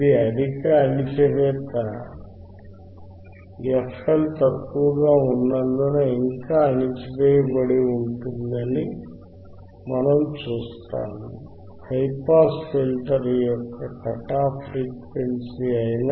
ఇది అధిక అణచివేత fL తక్కువగా ఉన్నందున అది ఇంకా అణచివేయబడిందని మనం చూస్తాము హై పాస్ ఫిల్టర్ యొక్క కట్ ఆఫ్ ఫ్రీక్వెన్సీ అయిన